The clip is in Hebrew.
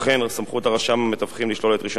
סמכות רשם המתווכים לשלול את רשיונו של מתווך